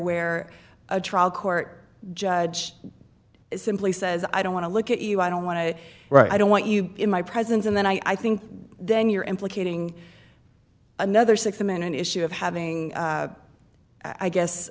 where a trial court judge simply says i don't want to look at you i don't want to write i don't want you in my presence and then i think then you're implicating another six i'm in an issue of having i guess